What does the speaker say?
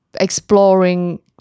exploring